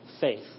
faith